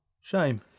Shame